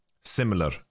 similar